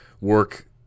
work